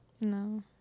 No